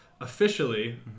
officially